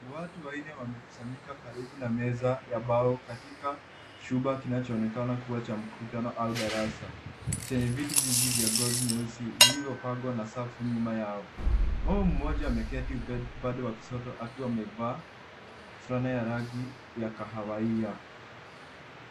Watu wanne wamekusanyika karibu na meza ya mbao katika chumba kinachoonekana kuwa cha mkutano au darasa chenye viti vingi vya ngozi nyeusi vilivopangwa kwa safu nyuma yao mama mmoja ameketi upande wa kushoto akiwa amevaa fulana ya rangi ya kahawia.